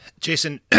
Jason